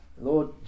Lord